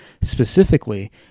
specifically